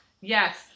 Yes